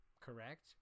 correct